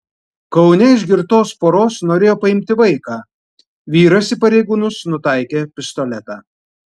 kaune iš girtos poros norėjo paimti vaiką vyras į pareigūnus nutaikė pistoletą